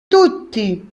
tutti